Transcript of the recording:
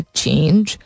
change